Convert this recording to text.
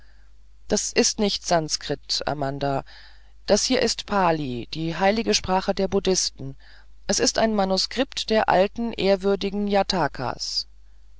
das ist nicht sanskrit amanda das hier ist pali die heilige sprache der buddhisten es ist ein manuskript der alten ehrwürdigen jatakas